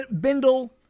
bindle